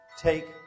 Take